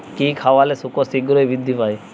কি খাবালে শুকর শিঘ্রই বৃদ্ধি পায়?